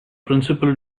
principal